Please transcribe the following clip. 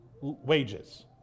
wages